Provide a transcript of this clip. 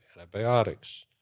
antibiotics